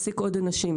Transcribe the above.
להעסיק עוד אנשים.